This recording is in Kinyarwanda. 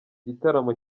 gitaramo